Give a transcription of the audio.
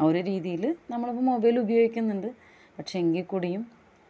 ആ ഒരു രീതിയിൽ നമ്മൾ ഇപ്പോൾ മൊബൈല് ഉപയോഗിക്കുന്നുണ്ട് പക്ഷെ എങ്കിൽ കൂടിയും